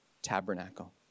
Tabernacle